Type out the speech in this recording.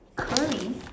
curly